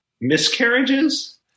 miscarriages